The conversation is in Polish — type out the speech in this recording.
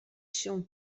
się